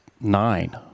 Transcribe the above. nine